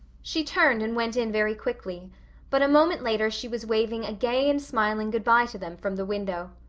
she turned and went in very quickly but a moment later she was waving a gay and smiling good-bye to them from the window.